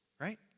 right